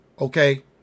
Okay